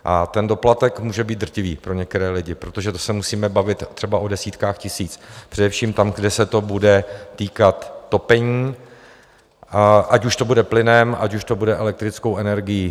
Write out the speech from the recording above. A ten doplatek může být drtivý pro některé lidi, protože to se musíme bavit třeba o desítkách tisíc, především tam, kde se to bude týkat topení, ať už to bude plynem, ať už to bude elektrickou energií.